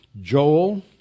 Joel